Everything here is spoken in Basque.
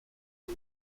eta